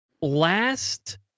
last